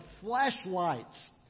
flashlights